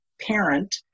parent